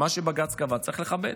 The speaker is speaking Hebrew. מה שבג"ץ קבע, צריך לכבד.